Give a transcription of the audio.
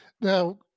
now